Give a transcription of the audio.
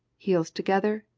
heels together,